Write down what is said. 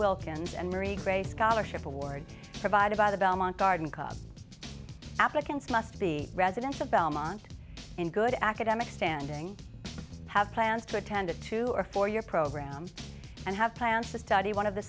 wilkins and marie gray scholarship award provided by the belmont garden club applicants must be residential belmont and good academic standing have plans to attend a two or four year program and have plans to study one of the